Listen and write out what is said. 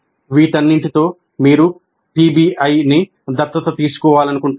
వీటన్నిటితో మీరు పిబిఐని దత్తత తీసుకోవాలనుకుంటున్నారా